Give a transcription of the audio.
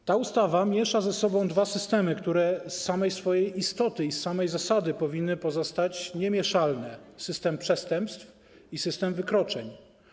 W tej ustawie miesza się ze sobą dwa systemy, które z samej swojej istoty i z samej zasady powinny pozostać niemieszalne: system przestępstw i system wykroczeń.